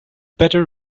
better